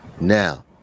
Now